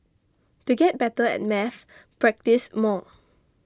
to get better at maths practise more